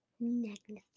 magnificent